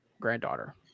granddaughter